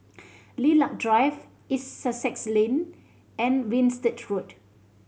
Lilac Drive East Sussex Lane and Winstedt Road